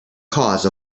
cause